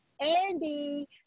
andy